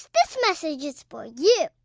message is for you